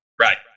right